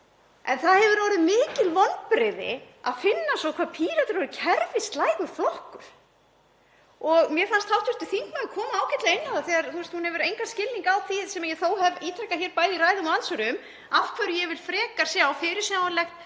En það hafa orðið mikil vonbrigði að finna svo hvað Píratar eru kerfislægur flokkur. Mér fannst hv. þingmaður koma ágætlega inn á það þegar hún hefur engan skilning á því, sem ég þó hef ítrekað hér, bæði í ræðum og andsvörum, af hverju ég vil frekar sjá fyrirsjáanlegt